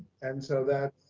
and so that's,